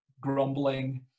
grumbling